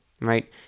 right